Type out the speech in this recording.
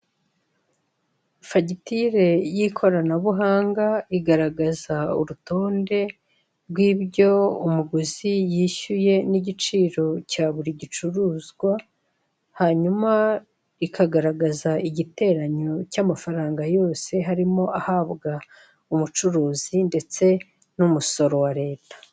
Fagitire y'ikoranabuhanga igararagaza urutonde rw'ibyo umuguzi yishyuye n'igiciro cya buri gicuruzwa, hanyuma ikagaragaza igiteranyo cy'amafaranga yose harimo ahabwa umucuruzi ndetse n'umusoro wa leta.